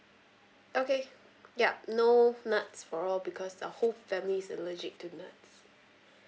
okay ya no nuts for all because the whole family's allergic to nuts